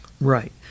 Right